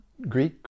Greek